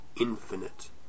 infinite